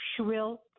shrill